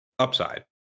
upside